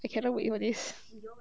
I cannot wait for this